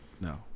No